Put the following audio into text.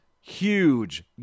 huge